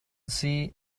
see